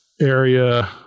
area